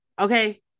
Okay